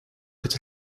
het